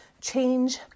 change